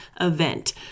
event